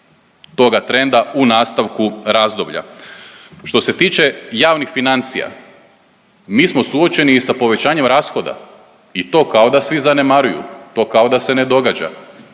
toga trenda u nastavku razdoblja. Što se tiče javnih financija, mi smo suočeni i sa povećanjem rashoda. I to kao da svi zanemaruju, to kao da se ne događa.